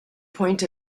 point